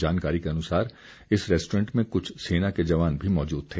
जानकारी के अनुसार इस रेस्टोरेंट में कुछ सेना के जवान भी मौजूद थे